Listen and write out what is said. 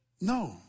No